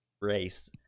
race